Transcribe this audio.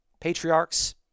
patriarchs